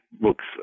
books